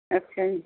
ਅੱਛਾ ਜੀ